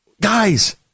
guys